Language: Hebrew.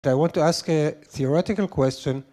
אני רוצה לשאול שאלה תיאורטית